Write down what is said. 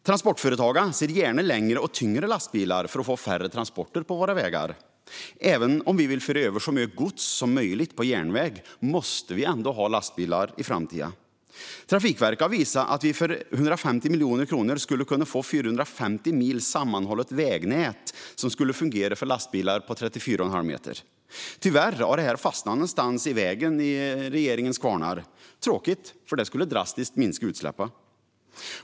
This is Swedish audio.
Transportföretagen ser gärna längre och tyngre lastbilar för att få färre transporter på våra vägar. Även om vi vill föra över så mycket gods som möjligt på järnväg måste vi ändå ha lastbilar i framtiden. Trafikverket har visat att vi för 150 miljoner kronor skulle få 450 mil sammanhållet vägnät som skulle fungera för lastbilar på 34,5 meter. Tyvärr har detta fastnat någonstans på vägen i regeringens kvarnar. Tråkigt, för det skulle drastiskt minska utsläppen.